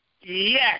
Yes